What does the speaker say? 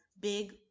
big